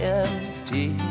empty